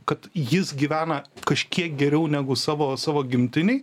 kad jis gyvena kažkiek geriau negu savo savo gimtinėj